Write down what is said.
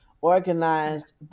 organized